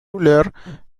roller